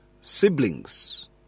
siblings